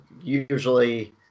usually